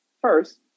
first